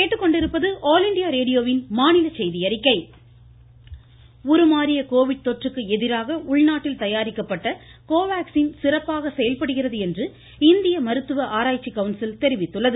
கோவாக்ஸின் உருமாறிய கோவிட் கொற்றுக்கு எதிராக உள்நாட்டில் தயாரிக்கப்பட்ட கோவாக்ஸின் சிறப்பாக செயல்படுகிறது என்று இந்திய மருத்துவ ஆராய்ச்சிக் கவுன்சில் தெரிவித்துள்ளது